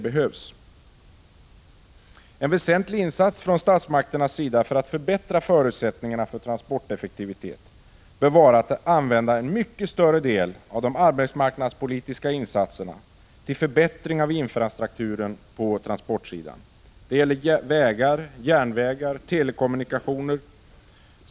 En väsentlig insats från statsmakternas sida för att förbättra förutsättningarna när det gäller transporteffektiviteten bör vara att använda en mycket större del av de arbetsmarknadspolitiska insatserna till att förbättra infrastrukturen på transportsidan. Det gäller då vägar, järnvägar och telekommunikationer.